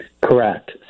Correct